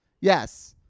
yes